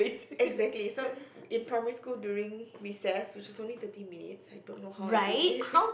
exactly so in primary school during recess which is only thirty minutes I don't know how I did it